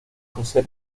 poesía